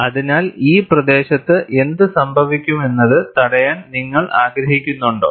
അതിനാൽ ഈ പ്രദേശത്ത് എന്ത് സംഭവിക്കുമെന്നത് തടയാൻ നിങ്ങൾ ആഗ്രഹിക്കുന്നുണ്ടോ